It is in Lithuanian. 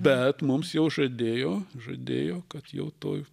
bet mums jau žadėjo žadėjo kad jau toj